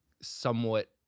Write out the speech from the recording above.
somewhat